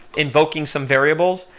invoking some variables,